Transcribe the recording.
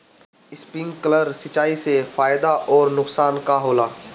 Sprinkler सिंचाई से फायदा अउर नुकसान का होला?